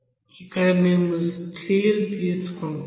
ఇక్కడ మేము స్టీల్ తీసుకుంటాము